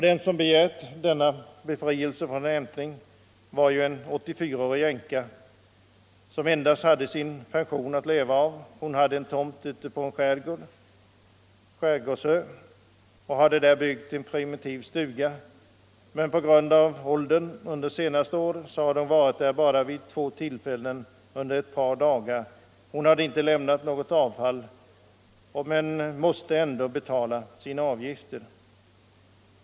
Den som begärt denna befrielse från hämtning var en 84-årig änka, som endast hade sin pension att leva av. Hon hade en tomt ute på en skärgårdsö och hade där byggt en primitiv stuga, men på grund av åldern hade hon under det senaste året varit där endast vid två tillfällen under ett par dagar. Hon hade inte lämnat något avfall men måste ändå betala sina avgifter.